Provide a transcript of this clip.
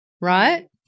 right